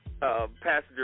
passenger